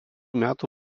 metų